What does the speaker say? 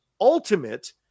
ultimate